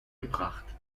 gebracht